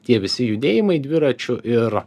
tie visi judėjimai dviračių ir